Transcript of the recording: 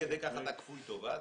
עד כדי כך אתה כפוי טובה?